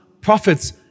prophets